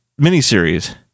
miniseries